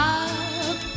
up